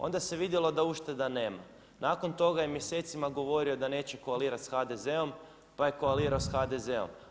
Onda se vidjelo da ušteda nema, nakon toga je mjesecima govorio da neće koalirati sa HDZ-om pa je koalirao sa HDZ-om.